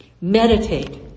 Meditate